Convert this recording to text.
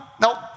nope